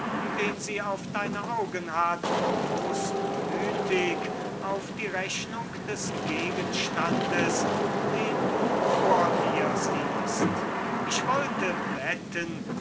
den sie auf deine augen hat großmütig auf die rechnung des gegenstands den du vor dir hast ich wollte wetten